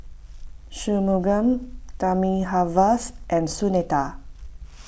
Shunmugam Thamizhavel and Sunita